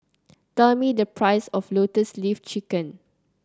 tell me the price of Lotus Leaf Chicken